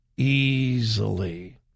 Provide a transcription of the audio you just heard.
Easily